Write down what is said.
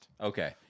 Okay